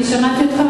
שמעתי אותך,